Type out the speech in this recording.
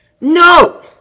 No